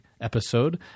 episode